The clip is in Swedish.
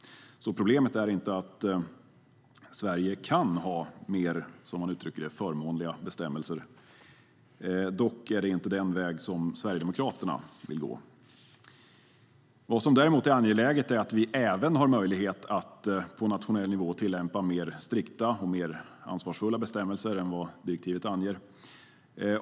Problemet är inte att Sverige kan ha mer - som man uttrycker det - förmånliga bestämmelser. Dock är det inte den väg som Sverigedemokraterna vill gå. Vad som däremot är angeläget är att vi även har möjlighet att på nationell nivå tillämpa mer strikta och ansvarsfulla bestämmelser än vad direktivet anger.